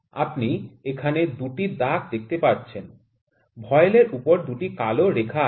আপনি এখানে ২ টি দাগ দেখতে পাচ্ছেন ভয়েল এর উপর ২টি কালো রেখা আছে